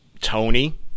Tony